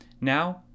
Now